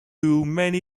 many